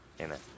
amen